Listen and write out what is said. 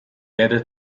erde